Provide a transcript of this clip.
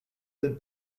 than